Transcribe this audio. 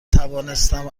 توانستم